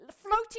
floating